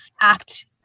act